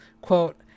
quote